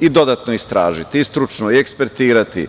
i dodatno istražiti i stručno i ekspertirati.